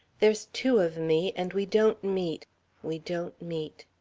there's two of me, and we don't meet we don't meet.